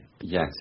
yes